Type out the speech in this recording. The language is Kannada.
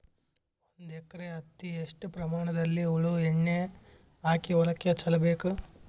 ಒಂದು ಎಕರೆ ಹತ್ತಿ ಎಷ್ಟು ಪ್ರಮಾಣದಲ್ಲಿ ಹುಳ ಎಣ್ಣೆ ಹಾಕಿ ಹೊಲಕ್ಕೆ ಚಲಬೇಕು?